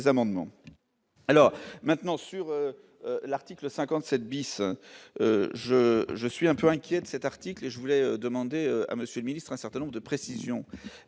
amendements alors maintenant sur l'article 57 bis je : je suis un peu inquiet de cet article et je voulais demander à monsieur le ministre, un certain nombre de précisions